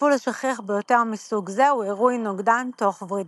הטיפול השכיח ביותר מסוג זה הוא עירוי נוגדן תוך ורידי.